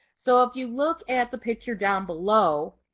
so if you look at the picture down below,